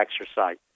exercise